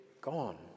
gone